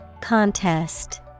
Contest